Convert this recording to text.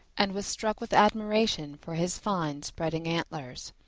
and was struck with admiration for his fine spreading antlers,